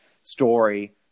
story